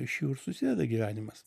iš jų ir susideda gyvenimas